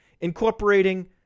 incorporating